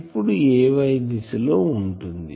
ఇప్పుడు Ay దిశలో ఉంటుంది